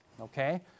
Okay